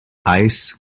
ice